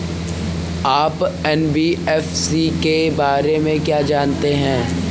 आप एन.बी.एफ.सी के बारे में क्या जानते हैं?